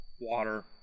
water